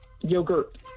Yogurt